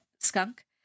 skunk